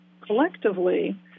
collectively